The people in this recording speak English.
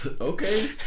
Okay